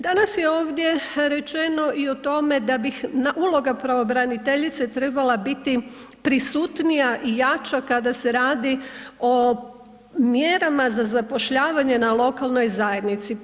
Danas je ovdje rečeno i o tome da bi uloga pravobraniteljice trebala biti prisutnija i jača kada se radi o mjerama za zapošljavanje na lokalnoj zajednici.